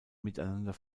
miteinander